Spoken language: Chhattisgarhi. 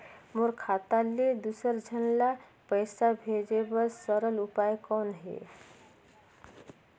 मोर खाता ले दुसर झन ल पईसा भेजे बर सरल उपाय कौन हे?